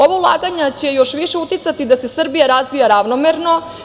Ova ulaganja će još više uticati da se Srbija razvija ravnomerno.